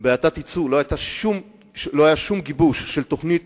לא היה שום גיבוש של תוכנית